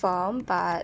firm but